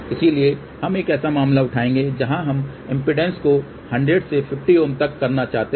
इसलिए हम एक ऐसा मामला उठाएंगे जहां हम इम्पीडेन्स को 100 से 50 Ω तक करना चाहते हैं